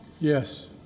Yes